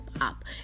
up